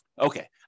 Okay